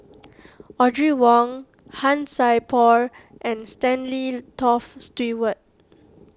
Audrey Wong Han Sai Por and Stanley Toft Stewart